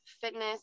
fitness